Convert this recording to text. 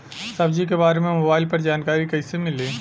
सब्जी के बारे मे मोबाइल पर जानकारी कईसे मिली?